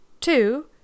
Two